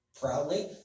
proudly